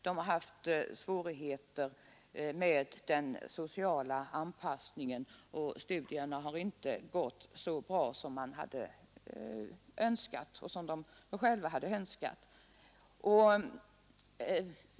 De har haft svårigheter med den sociala anpassningen, och studierna har inte gått så bra som de själva och andra hade önskat.